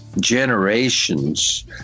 generations